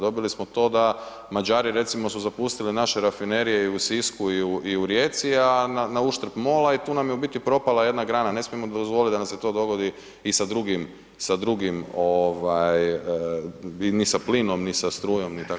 Dobili smo to da Mađari recimo su zaputili naše rafinerije i u Sisku i u Rijeci a nauštrb MOL-a i tu nam je u biti propala jedna grana, ne smijemo dozvoliti da nam se to dogodi i sa drugim, ni sa plinom, ni sa strujom ni tako dalje.